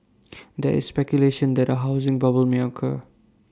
there is speculation that A housing bubble may occur